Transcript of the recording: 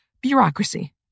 Bureaucracy